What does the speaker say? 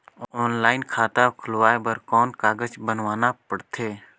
Online खाता खुलवाय बर कौन कागज बनवाना पड़थे?